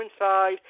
inside